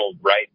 right